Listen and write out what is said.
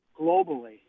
globally